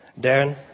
Darren